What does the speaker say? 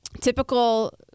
Typical